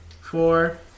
Four